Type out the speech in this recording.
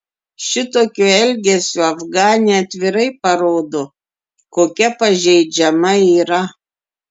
šitokiu elgesiu afganė atvirai parodo kokia pažeidžiama yra